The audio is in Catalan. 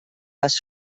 les